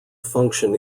function